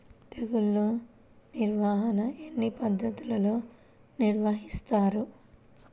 తెగులు నిర్వాహణ ఎన్ని పద్ధతుల్లో నిర్వహిస్తారు?